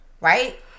right